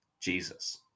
Jesus